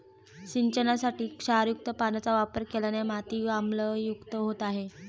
सिंचनासाठी क्षारयुक्त पाण्याचा वापर केल्याने मातीही आम्लयुक्त होत आहे